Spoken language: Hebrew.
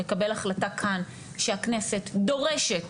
יקבל החלטה כאן שהכנסת דורשת